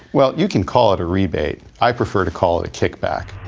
well, you can call it a rebate. i prefer to call it a kickback.